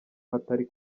hatari